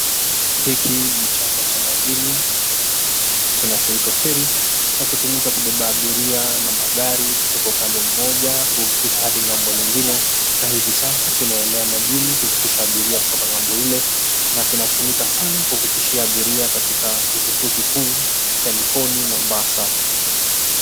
Hiki ni chombo cha majini kinachoitwa feri, cha kutumika kubeba abiria na magari kutoka upande mmoja kuvukisha hadi ng'ambo nyingine, na hivi sasa inaelea majini kuvukisha abiria kutoka ng'ambo ile na kinatumika sana kuvukishia abiria katika kivuko kikuu cha Likoni, Mombasa.